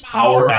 Power